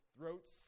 throats